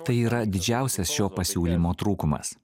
tai yra didžiausias šio pasiūlymo trūkumas